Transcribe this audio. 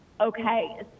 Okay